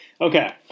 Okay